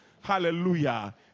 Hallelujah